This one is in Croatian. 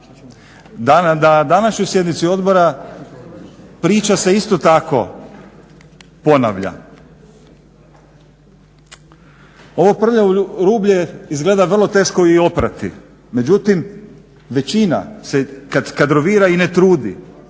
Na današnjoj sjednici odbora priča se isto tako ponavlja. Ovo prljavo rublje izgleda vrlo teško i oprati. Međutim, većina se kad kadrovira i ne trudi.